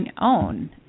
own